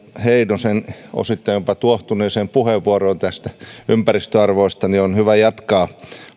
heinosen osittain jopa tuohtuneesta puheenvuorosta näistä ympäristöarvoista on hyvä jatkaa